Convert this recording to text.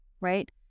right